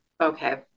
Okay